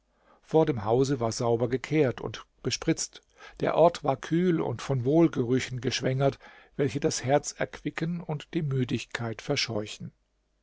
vor dem hause war sauber gekehrt und bespritzt der ort war kühl und von wohlgerüchen geschwängert welche das herz erquicken und die müdigkeit verscheuchen